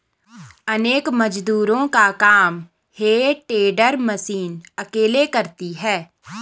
अनेक मजदूरों का काम हे टेडर मशीन अकेले करती है